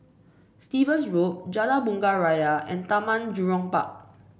Stevens Road Jalan Bunga Raya and Taman Jurong Park